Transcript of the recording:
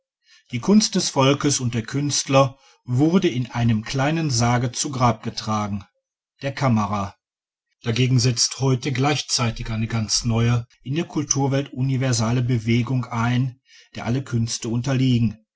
die kunst des volkes und der künstler wurde in einem kleinen sarge zu grabe getragen der kamera dagegen setzt heute gleichzeitig eine ganz neue in der kulturwelt universale bewegung ein der alle künste unterliegen